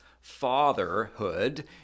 fatherhood